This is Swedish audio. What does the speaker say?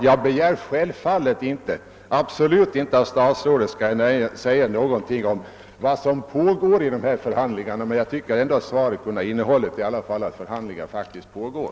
Jag begär självfallet inte att statsrådet skall säga någonting om vad som händer vid dessa förhandlingar, men jag tycker att svaret ändå kunde ha innehållit någonting om att förhandlingar pågår.